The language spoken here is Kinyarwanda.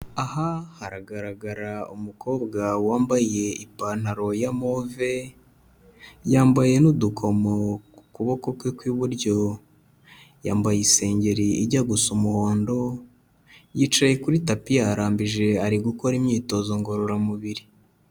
Aha haragaragara umukobwa wambaye ipantaro ya move, yambaye n'udukomo ku kuboko kwe kw'iburyo, yambaye isengeri ijya gusa umuhondo, yicaye kuri tapi yarambije ari gukora imyitozo ngororamubiri.